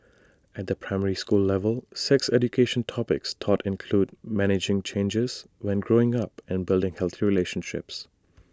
at the primary school level sex education topics taught include managing changes when growing up and building healthy relationships